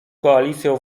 koalicją